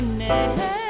name